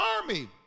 army